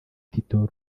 tito